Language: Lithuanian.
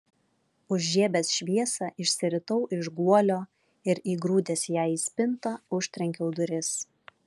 užžiebęs šviesą išsiritau iš guolio ir įgrūdęs ją į spintą užtrenkiau duris